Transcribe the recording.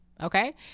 okay